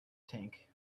tank